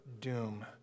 doom